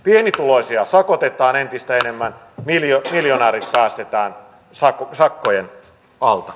pienituloisia sakotetaan entistä enemmän miljonäärit päästetään sakkojen alta